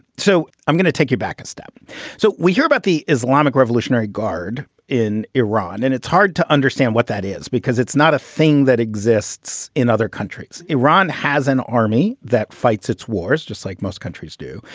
so i'm going to take you back a step so we hear about the islamic revolutionary guard in iran, and it's hard to understand what that is because it's not a thing that exists in other countries. iran has an army that fights its wars just like most countries do.